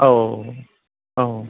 औ औ